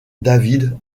david